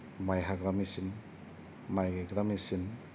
माइ हाग्रा मेसिन माइ गायग्रा मेसिन